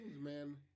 man